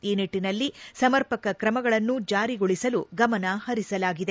ಈ ನಿಟ್ಟಿನಲ್ಲಿ ಸಮರ್ಪಕ ಕ್ರಮಗಳನ್ನು ಜಾರಿಗೊಳಿಸಲು ಗಮನ ಹರಿಸಲಾಗಿದೆ